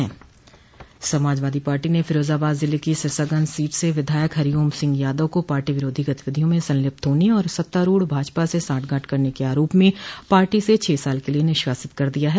Samajwadi party ने फिरोजाबाद जिले की सिरसागंज सीट से विधायक हरिओम सिंह यादव को पार्टी विरोधी गतिविधियों में संलिप्त होने और सत्तारूढ़ भाजपा से साठगांठ करने के आरोप में पार्टी से छह साल के लिये निष्कासित कर दिया है